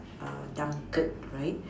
dunkirk right